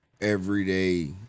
everyday